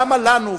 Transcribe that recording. למה לנו,